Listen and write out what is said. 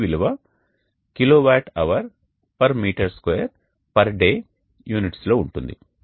ఈ విలువ kWhm2day units లో ఉంటుంది